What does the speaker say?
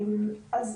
אז,